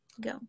go